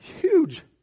huge